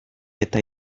eta